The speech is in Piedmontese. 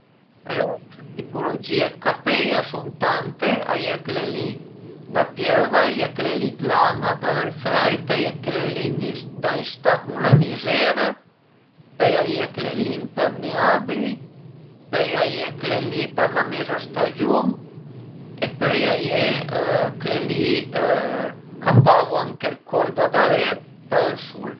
Le tipulugìe dë capei a sun tante, a ie chele li da piöva, a ie chele li d'lana për ël freit, a ie chele li da istà cun la vizera, pöi a ie chele li impermeabili, pöi a ie chele li për la meza stagiun e pöi a ie chele li ch'a paru anche ël col da daré për ël sul